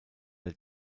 der